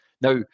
Now